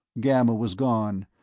gamma was gone,